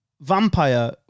vampire